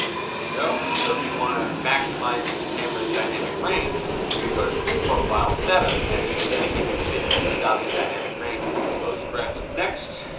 here we go. so, if you wanna maximize this camera's dynamic range you're gonna go to picture profile seven and this is gonna give you fifteen stops of dynamic range if you expose it correctly. next,